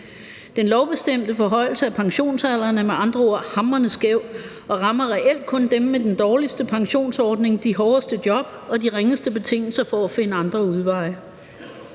Den lovbestemte forhøjelse af pensionsalderen er med andre ord hamrende skæv og rammer reelt kun dem med den dårligste pensionsordning, de hårdeste job og de ringeste betingelser for at finde andre udveje.